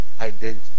identity